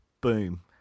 boom